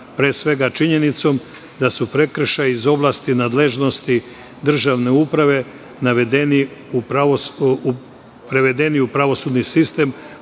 pre svega činjenicom da su prekršaji iz oblasti nadležnosti državne uprave prevedeni u pravosudni sistem